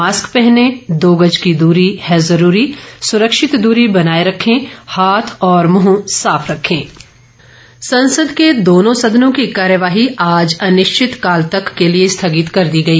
mask पहनें दो गज दूरी है जरूरी सुरक्षित दूरी बनाये रखें हाथ और मुंह साफ रखें संसद बजट संसद के दोनों सदनों की कार्यवाही आज अनिश्चितकाल तक के लिए स्थगित कर दी गई